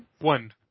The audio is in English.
One